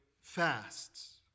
fasts